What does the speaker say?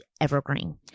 evergreen